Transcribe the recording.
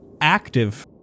active